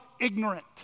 ignorant